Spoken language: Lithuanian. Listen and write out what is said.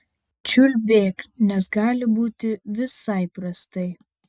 čiulbėk nes gali būti visai prastai